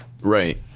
Right